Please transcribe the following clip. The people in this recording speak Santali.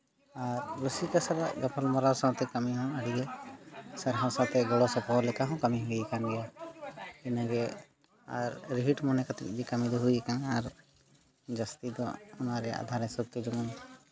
ᱟᱨ ᱨᱩᱥᱤᱠᱟ ᱥᱟᱞᱟᱜ ᱜᱟᱯᱟᱞᱢᱟᱨᱟᱣ ᱥᱟᱶᱛᱮ ᱠᱟᱹᱢᱤ ᱦᱚᱸ ᱟᱹᱰᱤᱜᱮ ᱥᱟᱨᱦᱟᱣ ᱥᱟᱶᱛᱮ ᱜᱚᱲᱚ ᱥᱚᱯᱚᱦᱚᱫ ᱞᱮᱠᱟ ᱠᱟᱹᱢᱤ ᱦᱩᱭ ᱠᱟᱱ ᱜᱮᱭᱟ ᱤᱱᱟᱹᱜᱮ ᱟᱨ ᱨᱤᱦᱤᱴ ᱢᱚᱱᱮ ᱠᱟᱛᱮ ᱜᱮ ᱠᱟᱹᱢᱤ ᱫᱚ ᱦᱩᱭ ᱠᱟᱱᱟ ᱟᱨ ᱡᱟᱹᱥᱛᱤ ᱫᱚ ᱚᱱᱟ ᱨᱮᱭᱟᱜ ᱟᱫᱷᱟᱨ ᱦᱤᱥᱟᱹᱵ ᱛᱮ ᱡᱮᱢᱚᱱ